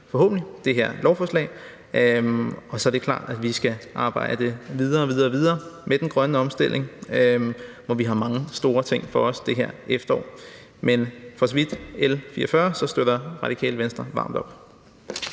forhåbentlig – det her lovforslag. Og så er det klart, at vi skal arbejde videre, videre, videre med den grønne omstilling, hvor vi har mange store ting foran os det her efterår. Men for så vidt angår L 44, støtter Radikale Venstre varmt op.